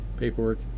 paperwork